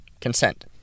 consent